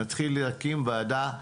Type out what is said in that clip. נתחיל להקים ועדה,